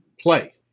play